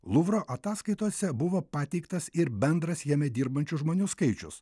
luvro ataskaitose buvo pateiktas ir bendras jame dirbančių žmonių skaičius